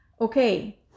Okay